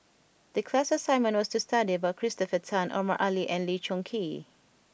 the class assignment was to study about Christopher Tan Omar Ali and Lee Choon Kee